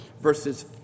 verses